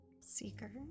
Seeker